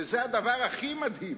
וזה הדבר הכי מדהים,